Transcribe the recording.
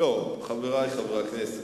חברי חברי הכנסת,